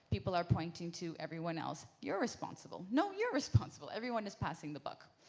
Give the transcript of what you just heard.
people are pointing to everyone else you're responsible! no, you're responsible! everyone is passing the buck.